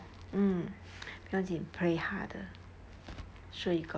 mm 不要紧 pray harder sure you got it